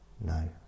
No